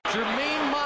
Jermaine